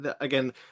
again